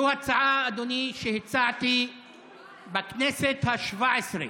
זו הצעה, אדוני, שהצעתי בכנסת השבע-עשרה